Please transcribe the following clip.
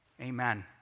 Amen